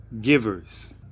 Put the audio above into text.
givers